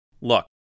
Look